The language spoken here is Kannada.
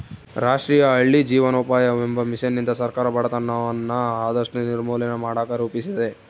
ರಾಷ್ಟ್ರೀಯ ಹಳ್ಳಿ ಜೀವನೋಪಾಯವೆಂಬ ಮಿಷನ್ನಿಂದ ಸರ್ಕಾರ ಬಡತನವನ್ನ ಆದಷ್ಟು ನಿರ್ಮೂಲನೆ ಮಾಡಕ ರೂಪಿಸಿದೆ